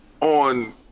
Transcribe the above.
on